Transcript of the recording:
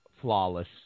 flawless